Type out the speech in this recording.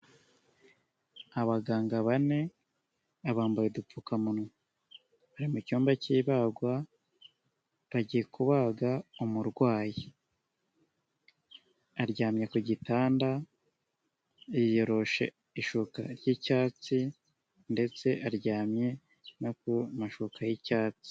Abaganga bane bambaye udupfukamunwa, bari mu cyumba k'ibagwa, bagiye kubaga umurwayi. Aryamye ku gitanda ishuka ry'icyatsi ndetse aryamye no ku mashuka y'icyatsi.